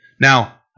Now